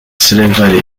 slavery